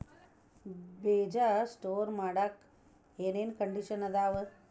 ಬೇಜ ಸ್ಟೋರ್ ಮಾಡಾಕ್ ಏನೇನ್ ಕಂಡಿಷನ್ ಅದಾವ?